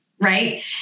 right